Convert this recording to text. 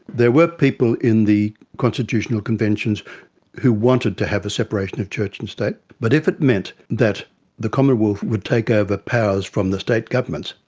there were people in the constitutional conventions who wanted to have a separation of church and state, but if it meant that the commonwealth would take ah over powers from the state governments,